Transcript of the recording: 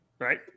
Right